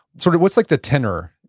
sort of what's like the tenor,